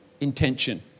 intention